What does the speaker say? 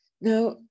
Now